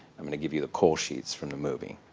i'm going to give you the call sheets from the movie.